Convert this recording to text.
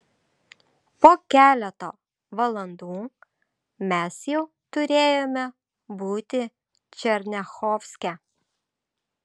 po keleto valandų mes jau turėjome būti černiachovske